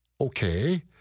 Okay